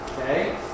Okay